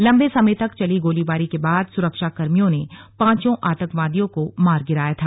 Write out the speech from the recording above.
लंबे समय तक चली गोलीबारी के बाद सुरक्षाकर्मियों ने पांचों आतंकवादियों को मार गिराया था